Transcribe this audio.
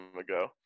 ago